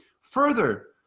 Further